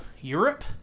europe